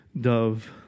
dove